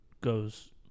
goes